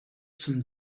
some